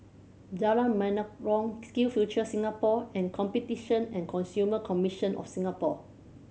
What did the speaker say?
Jalan Menarong Skill Future Singapore and Competition and Consumer Commission of Singapore